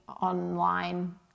online